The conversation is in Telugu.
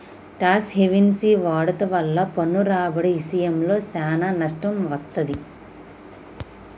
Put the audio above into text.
టాక్స్ హెవెన్సి వాడుట వల్ల పన్ను రాబడి ఇశయంలో సానా నష్టం వత్తది